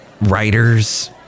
Writers